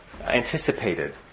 anticipated